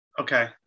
Okay